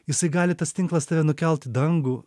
jisai gali tas tinklas tave nukelt į dangų